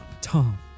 Tom